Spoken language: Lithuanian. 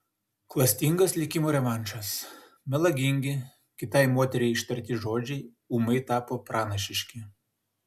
klastingas likimo revanšas melagingi kitai moteriai ištarti žodžiai ūmai tapo pranašiški